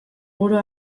oro